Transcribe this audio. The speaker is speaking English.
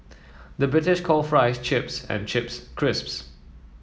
the British calls fries chips and chips crisps